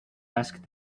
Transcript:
asked